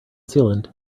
sealant